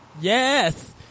Yes